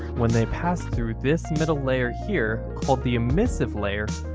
when they pass through this middle layer here, called the emissive layer,